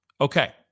Okay